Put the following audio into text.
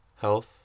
health